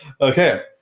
Okay